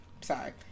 Sorry